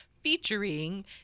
featuring